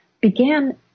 began